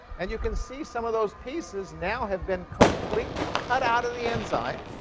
and you can see some of those pieces now have been completely cut out of the enzyme,